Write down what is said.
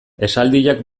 esaldiak